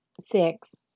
six